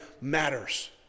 matters